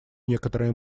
некоторые